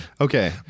Okay